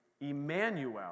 Emmanuel